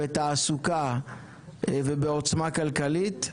בתעסוקה ובעוצמה כלכלית.